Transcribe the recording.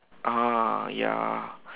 ah ya